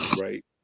Right